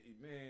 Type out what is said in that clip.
man